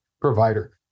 provider